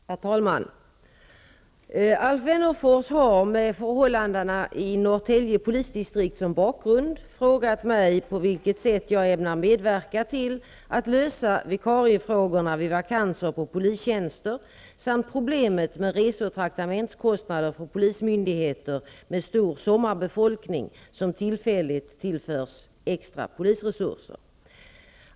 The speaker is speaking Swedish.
Herr talman! Alf Wennerfors har, med förhållandena i Norrtälje polisdistrikt som bakgrund, frågat mig på vilket sätt jag ämnar medverka till att lösa vikariefrågorna vid vakanser på polistjänster samt problemet med rese och traktamentskostnader för polismyndigheter med stor ''sommarbefolkning'' som tillfälligt tillförs extra polisresurser.